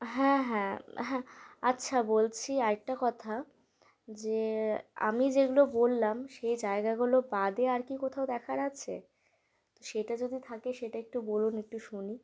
হ্যাঁ হ্যাঁ হ্যাঁ আচ্ছা বলছি আর একটা কথা যে আমি যেগুলো বললাম সে জায়গাগুলো বাদে আর কি কোথাও দেখার আছে তো সেটা যদি থাকে সেটা একটু বলুন একটু শুনি